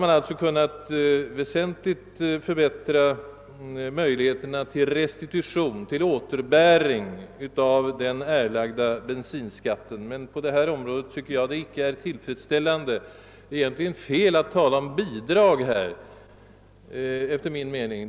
Möjligheterna att erhålla återbäring av erlagd bensinskatt har alltså blivit större. När det gäller fritidsbåtarna är dock förhållandena härvidlag alltjämt inte tillfredsställande. Det är f. ö. egentligen oriktigt att i detta sammanhang tala om bidrag.